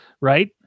right